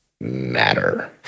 matter